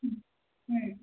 ಹ್ಞೂ ಹ್ಞೂ